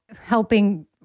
helping